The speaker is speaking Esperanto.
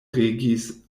regis